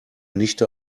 nichte